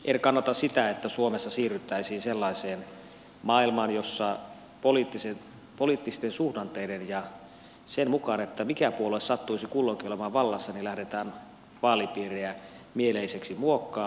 en kannata sitä että suomessa siirryttäisiin sellaiseen maailmaan jossa poliittisten suhdanteiden mukaan ja sen mukaan mikä puolue sattuisi kulloinkin olemaan vallassa lähdetään vaalipiirejä mieleiseksi muokkaamaan